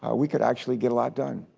ah we could actually get a lot done.